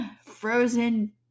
frozen